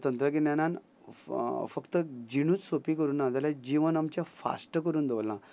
हे तंत्रज्ञानान फक्त जिणूच सोंपी करूं ना जाल्यार जिवन आमचे फास्ट करून दवरला